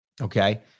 Okay